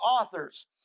authors